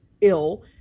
ill